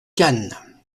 cannes